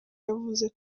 yavuze